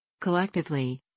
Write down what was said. Collectively